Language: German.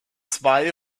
zwei